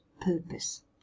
purpose